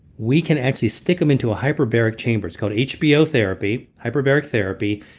we can actually stick them into a hyperbaric chamber. it's called hbo therapy, hyperbaric therapy.